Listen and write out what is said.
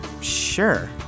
Sure